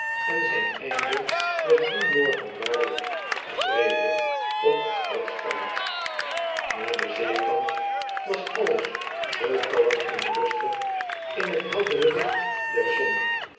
en zijn einde was dien morgen waarlijk vrede op dat strand naar den zeekant was alles zoo kalm en rustig in t heldere licht der zon